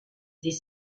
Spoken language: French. des